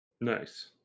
Nice